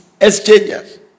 exchanges